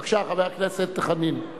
בבקשה, חבר הכנסת חנין.